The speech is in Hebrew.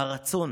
הרצון